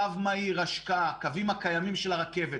קו מהיר, השקעה, הקווים הקיימים של הרכבת